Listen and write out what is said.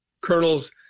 colonels